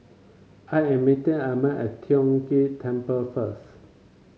I am meeting Amey at Tiong Ghee Temple first